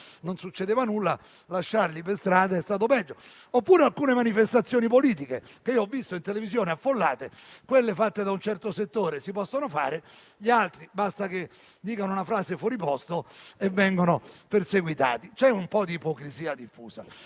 successo nulla, mentre lasciarli per strada è stato peggio. Penso anche ad alcune manifestazioni politiche, che ho visto in televisione affollate: quelle fatte da un certo settore si possono fare, gli altri basta che dicano una frase fuori posto e vengono perseguitati. C'è un po' di ipocrisia diffusa.